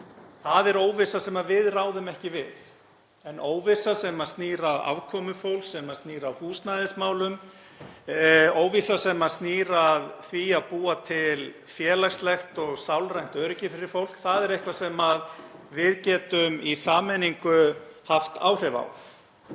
Það er óvissa sem við ráðum ekki við en óvissa sem snýr að afkomu fólks, sem snýr að húsnæðismálum, óvissa sem snýr að því að búa til félagslegt og sálrænt öryggi fyrir fólk er eitthvað sem við getum í sameiningu haft áhrif á.